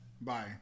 Bye